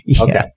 Okay